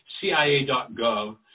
CIA.gov